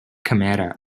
camera